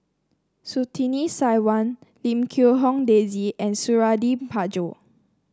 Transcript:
Surtini Sarwan Lim Quee Hong Daisy and Suradi Parjo